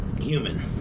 human